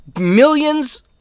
millions